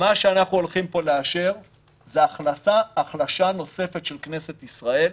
מה שאנחנו הולכים לאשר פה זה החלשה נוספת של כנסת ישראל,